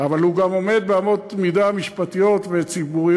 אבל הוא גם עומד באמות משפטיות וציבוריות,